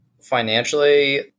Financially